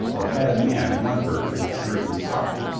or had a man won her to the puritan side,